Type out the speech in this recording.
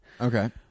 Okay